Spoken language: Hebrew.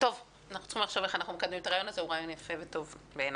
זה רעיון טוב, בעיני,